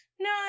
No